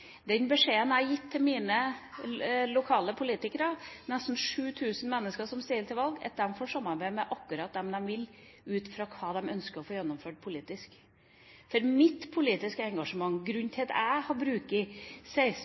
Den beskjeden jeg har gitt til mine lokale politikere, nesten 7 000 mennesker som stiller til valg, er at de får samarbeide med akkurat hvem de vil, ut fra hva de ønsker å få gjennomført politisk. Jeg har et politisk engasjement. Grunnen til at jeg bruker 16,